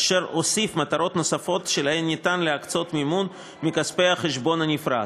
אשר הוסיף מטרות שלהן אפשר להקצות מימון מכספי החשבון הנפרד,